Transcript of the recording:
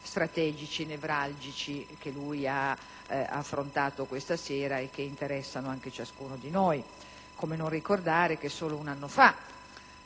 strategici e nevralgici che lui ha affrontato questa sera e che interessano anche ciascuno di noi. Come non ricordare che solo un anno fa